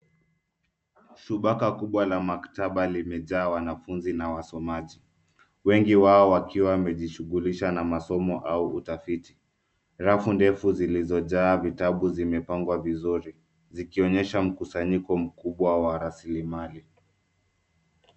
Zubaka kubwa la maktaba limejaa wanafunzi na wasomaji. Wengi wao wakiwa wamejishughulisha na masomo au utafiti. Rafu ndefu zilizo jaa vitabu zimepangwa vizuri. Zikionyesha mkusanyiko mkubwa wa raslimali.